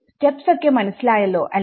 steps ഒക്കെ മനസ്സിലായല്ലോ അല്ലെ